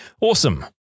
Awesome